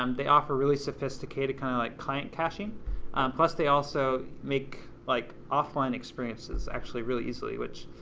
um they offer really sophisticated kind of like client caching plus they also make like offline experiences actually really easily, which,